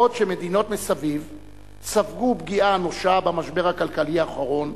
בעוד מדינות רבות ספגו פגיעה אנושה במשבר הכלכלי האחרון,